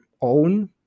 own